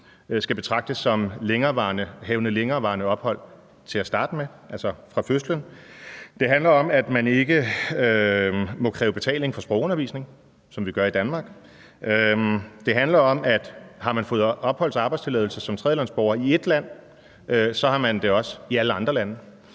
skal betragtes som havende længerevarende ophold til at starte med, altså fra fødslen. Det handler om, at man ikke må kræve betaling for sprogundervisning, som vi gør i Danmark. Det handler om, at har man fået opholds- og arbejdstilladelse som tredjelandsborger i ét land, har man det også i alle andre lande.